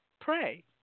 pray